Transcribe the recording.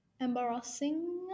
Embarrassing